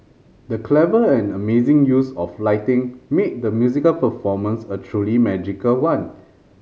the clever and amazing use of lighting made the musical performance a truly magical one